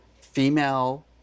female